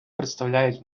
представляють